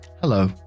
hello